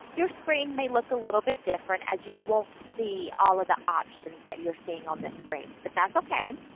your screen may look a little bit different as you won't see all of the options that you're seeing on the screen. but that's okay,